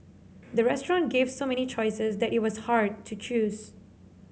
the restaurant gave so many choices that it was hard to choose